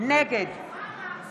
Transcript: נגד